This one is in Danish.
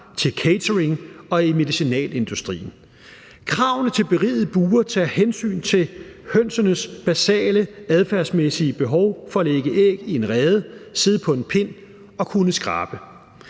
til catering og i medicinalindustrien. Kravene til berigede bure tager hensyn til hønernes basale adfærdsmæssige behov for at lægge æg i en rede, sidde på en pind og kunne skrabe.